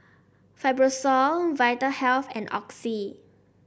Fibrosol Vitahealth and Oxy